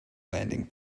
landing